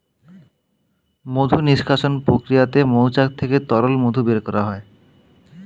মধু নিষ্কাশণ প্রক্রিয়াতে মৌচাক থেকে তরল মধু বের করা হয়